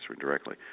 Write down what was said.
directly